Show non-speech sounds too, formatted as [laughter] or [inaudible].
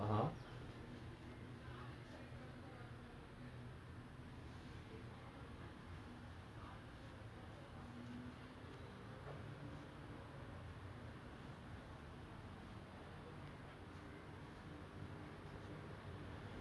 then we were we were talking then we got reminded of our neighbours then my father was like eh let's buy some food for our neighbours then we got them stingrays [breath] and we got them um satays and all that then we gave then they will also give us some food then we will give them then they will give us there's always like the exchange